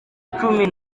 cumi